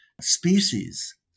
species